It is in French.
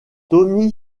tommy